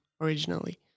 Originally